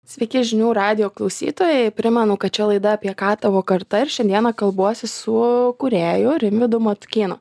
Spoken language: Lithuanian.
sveiki žinių radijo klausytojai primenu kad čia laida apie ką tavo karta ir šiandieną kalbuosi su kūrėju rimvydu matukynu